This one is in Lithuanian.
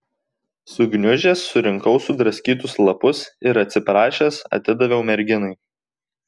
sugniužęs surinkau sudraskytus lapus ir atsiprašęs atidaviau merginai